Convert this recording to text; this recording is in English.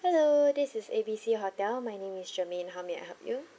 hello this is A B C hotel my name is germaine how may I help you